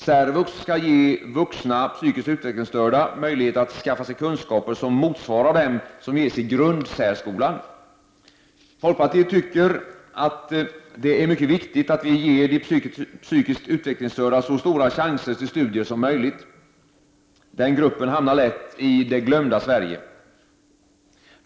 Särvux skall ge vuxna psykiskt utvecklingsstörda möjlighet att skaffa sig kunskaper som motsvarar dem som ges i grundsärskolan. Folkpartiet tycker att det är mycket viktigt att vi ger de psykiskt utvecklinggsstörda så stora chanser till studier som möjligt. Den gruppen hamnar lätt i ”det glömda Sverige”.